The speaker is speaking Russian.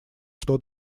что